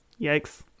Yikes